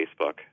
Facebook